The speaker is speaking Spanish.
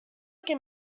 que